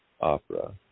opera